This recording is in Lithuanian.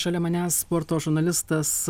šalia manęs sporto žurnalistas